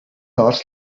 орос